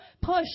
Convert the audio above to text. push